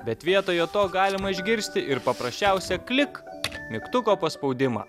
bet vietoje to galima išgirsti ir paprasčiausią click mygtuko paspaudimą